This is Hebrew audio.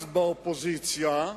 אז באופוזיציה,